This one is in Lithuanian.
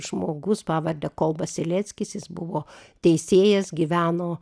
žmogus pavarde kolba sileckis jis buvo teisėjas gyveno